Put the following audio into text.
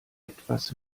etwas